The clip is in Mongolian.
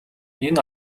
энэ